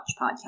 Podcast